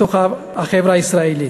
בתוך החברה הישראלית.